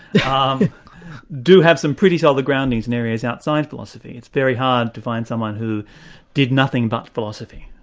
um do have some pretty solid groundings in areas outside philosophy. it's very hard to find someone who did nothing but philosophy.